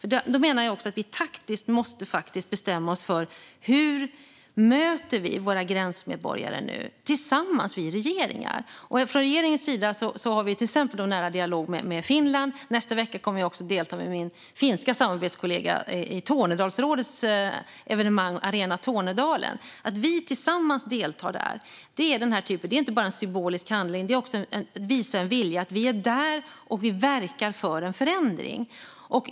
Jag menar att vi taktiskt måste bestämma oss för hur vi nu ska möta våra gränsmedborgare, vi regeringar tillsammans. Från regeringens sida har vi till exempel en nära dialog med Finland. Nästa vecka kommer jag att delta med min finländska samarbetskollega i Tornedalsrådets evenemang Arena Tornedalen. Att vi tillsammans deltar där är inte bara en symbolisk handling, utan det visar en vilja att vi är där och att vi verkar för en förändring.